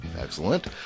Excellent